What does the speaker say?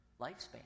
lifespan